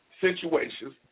situations